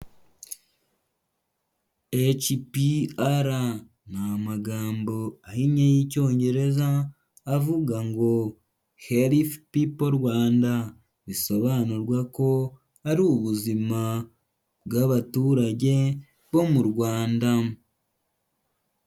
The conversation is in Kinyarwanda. HPR ni amagambo ahinnye y'icyongereza avuga ngo Healithy People Rwanda bisobanurwa ko ari ubuzima bw'abaturage bo mu Rwanda.